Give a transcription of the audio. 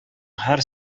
һәр